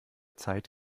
zeit